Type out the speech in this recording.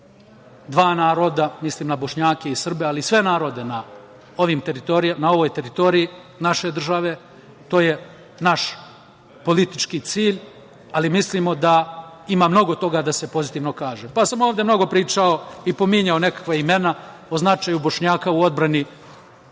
dva naroda, mislim na Bošnjake i Srbe, ali sve narode na ovoj teritoriji naše države, to je naš politički cilj, ali mislimo da ima mnogo toga da se pozitivno kaže. Pa sam ovde mnogo pričao i pominjao nekakva imena o značaju Bošnjaka u odbrani Beograda